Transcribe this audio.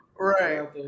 right